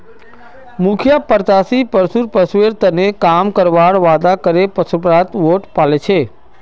मुखिया प्रत्याशी पशुर स्वास्थ्येर तने काम करवार वादा करे पशुपालकेर वोट पाले